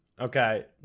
Okay